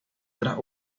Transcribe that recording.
tras